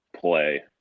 play